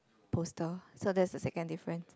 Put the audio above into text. poster so that's the second different